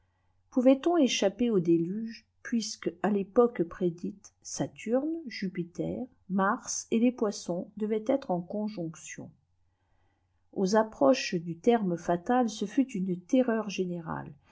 poutait on échapper au déluge puisque àrfépoqué prédite saturne jui ter wdsm et fes poissôns devaient êtïé en n jonction aux approches du terme fatal ce fut une terreur générale